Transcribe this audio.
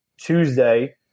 Tuesday